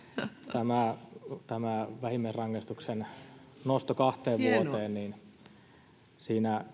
tämä tämä vähimmäisrangaistuksen nosto kahteen vuoteen siinä